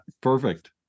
perfect